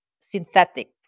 synthetic